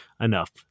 enough